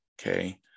Okay